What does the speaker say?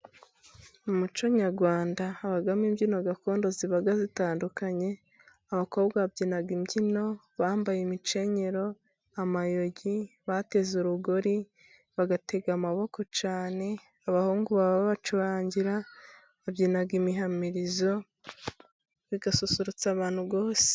Mu muco nyarwanda habamo imbyino gakondo ziba zitandukanye. Abakobwa babyina imbyino bambaye imikenyero, amayogi, bateze urugori, bagatega amaboko cyane. Abahungu baba babacurangira babyina imihamirizo, bigasusurutsa abantu bose.